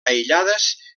aïllades